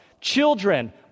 Children